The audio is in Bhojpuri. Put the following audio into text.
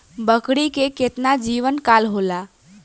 बकरी के केतना जीवन काल होला?